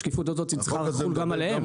השקיפות הזאת צריכה לחול גם עליהם.